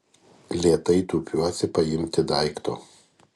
lėtai tūpiuosi paimti daikto